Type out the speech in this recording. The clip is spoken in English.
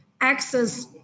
access